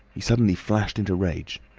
he suddenly flashed into rage.